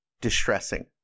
distressing